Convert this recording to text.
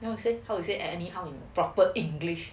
how to say any proper english